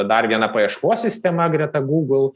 dar viena paieškos sistema greta google